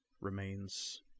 remains